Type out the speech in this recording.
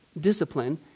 discipline